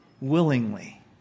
willingly